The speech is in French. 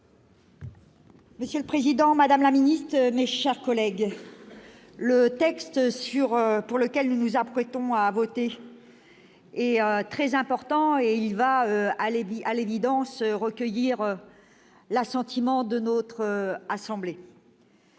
Monsieur le président, madame la ministre, mes chers collègues, le texte pour lequel nous nous apprêtons à voter est très important. À l'évidence, il va recueillir l'assentiment de notre assemblée.